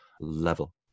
level